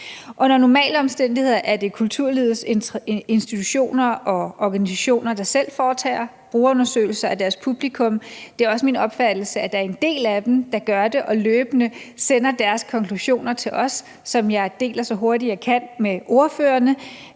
Under normale omstændigheder er det kulturlivets institutioner og organisationer, der selv foretager brugerundersøgelser af deres publikum. Det er også min opfattelse, at der er en del af dem, der gør det og løbende sender deres konklusioner til os, som jeg deler, så hurtigt jeg kan, med ordførerne.